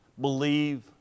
believe